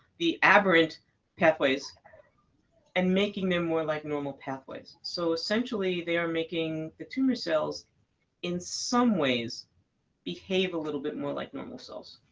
the aberrant pathways and making them more like normal pathways. so essentially, they are making the tumor cells in some ways behave a little bit more like normal cells.